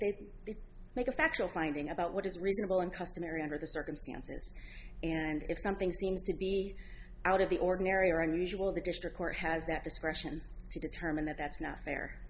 make a factual finding about what is reasonable and customary under the circumstances and if something seems to be out of the ordinary or unusual the district court has that discretion to determine that that's not fair